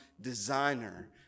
designer